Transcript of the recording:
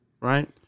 right